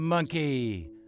Monkey